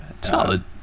Solid